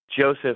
Joseph